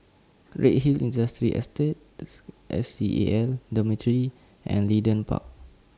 Redhill Industrial Estate S S C A L Dormitory and Leedon Park